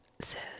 says